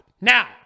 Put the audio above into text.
Now